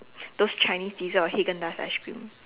those Chinese dessert or Haagen-Dazs ice cream